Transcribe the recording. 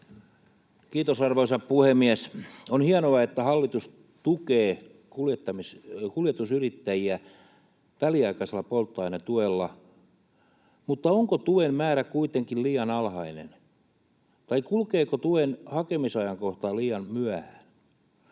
Kiitos, arvoisa puhemies! On hienoa, että hallitus tukee kuljetusyrittäjiä väliaikaisella polttoainetuella, mutta onko tuen määrä kuitenkin liian alhainen tai tuleeko tuen hakemisajankohta liian myöhään?